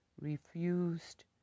refused